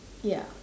ya